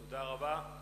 תודה רבה.